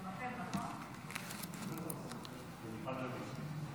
ההצעה להעביר את הנושא לוועדת הכספים